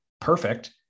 perfect